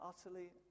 utterly